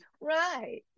right